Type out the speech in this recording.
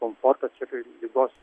komfortas ir ligos